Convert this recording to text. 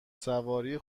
سواری